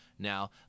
Now